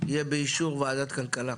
יהיה באישור ועדת הכלכלה.